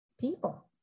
people